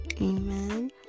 Amen